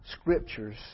scriptures